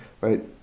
right